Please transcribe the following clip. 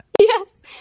Yes